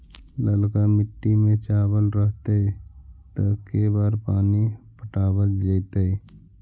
ललका मिट्टी में चावल रहतै त के बार पानी पटावल जेतै?